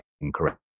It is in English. incorrect